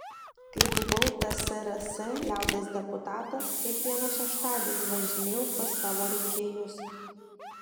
kai buvau tsrs liaudies deputatas kiekvieną šeštadienį važinėjau pas savo rinkėjus